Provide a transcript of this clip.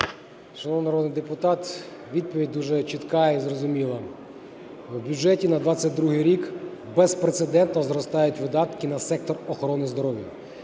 Шановний народний депутат, відповідь дуже чітка і зрозуміла. В бюджеті на 2022 рік безпрецедентно зростають видатки на сектор охорони здоров'я.